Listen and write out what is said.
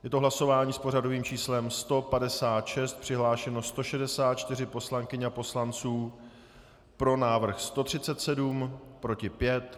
Je to hlasování s pořadovým číslem 156, přihlášeno je 164 poslankyň a poslanců, pro návrh 137, proti 5.